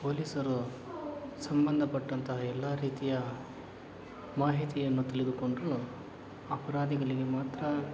ಪೊಲೀಸರು ಸಂಬಂದಪಟ್ಟಂತಹ ಎಲ್ಲ ರೀತಿಯ ಮಾಹಿತಿಯನ್ನು ತಿಳಿದುಕೊಂಡರೂ ಅಪ್ರಾದಿಗಳಿಗೆ ಮಾತ್ರ